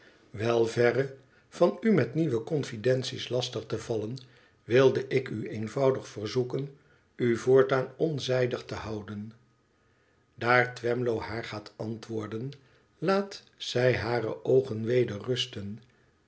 wel verre van u met nieuwe conficlences lastig te vallen wilde ik u eenvoudig verzoeken u voortaan onzijdig te houden daar twemlow haar gaat antwoorden laat zij hare oogen weder rusten